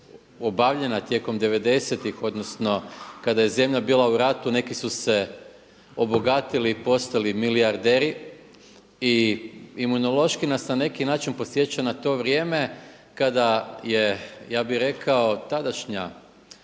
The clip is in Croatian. obavljena tijekom devedesetih odnosno kada je zemlja bila u ratu. Neki su se obogatili i postali milijarderi i Imunološki nas na neki način podsjeća na to vrijeme kada je ja bih rekao tadašnja